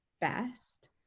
best